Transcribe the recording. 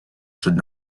should